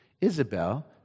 Isabel